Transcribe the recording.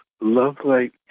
love-like